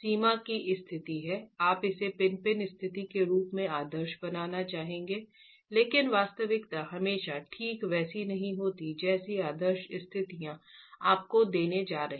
सीमा की स्थिति है आप इसे पिन पिन स्थिति के रूप में आदर्श बनाना चाहेंगे लेकिन वास्तविकता हमेशा ठीक वैसी नहीं होती है जैसी आदर्श स्थितियां आपको देने जा रही हैं